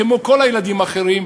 כמו כל הילדים האחרים,